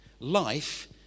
Life